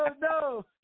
no